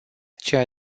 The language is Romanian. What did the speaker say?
ceea